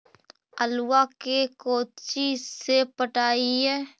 आलुआ के कोचि से पटाइए?